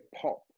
pop